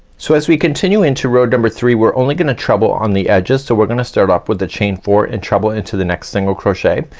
so as we continue into row number three, we're only gonna treble on the edges. so we're gonna start off with the chain four, and treble into the next single crochet.